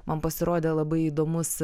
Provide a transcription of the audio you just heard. man pasirodė labai įdomus